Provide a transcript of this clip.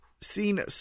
seen